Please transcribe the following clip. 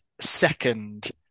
second